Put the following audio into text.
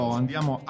andiamo